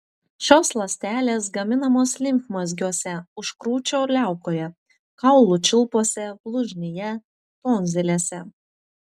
šios ląstelės gaminamos limfmazgiuose užkrūčio liaukoje kaulų čiulpuose blužnyje tonzilėse